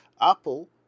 Apple